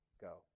go